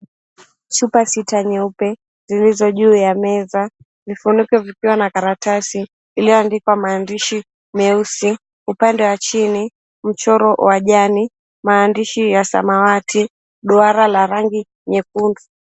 Chupa sita nyeupe zilizo juu ya meza, vifuniko vikiwa na karatasi iliyoandikwa maandishi meusi, upande wa chini mchoro wa jani, maandishi ya samawati, duara la rangi nyekundu.